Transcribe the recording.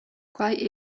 quai